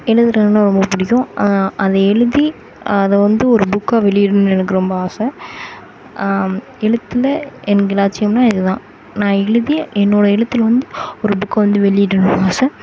எழுதுறதுனால் ரொம்ப பிடிக்கும் அதை எழுதி அதை வந்து ஒரு புக்காக வெளியிடணுன்னு எனக்கு ரொம்ப ஆசை எழுத்தில் எனக்கு லட்சியம்னால் இதுதான் நான் எழுதி என்னோடய எழுத்தில் வந்து ஒரு புக்கை வந்து வெளியிடணுன்னு ஆசை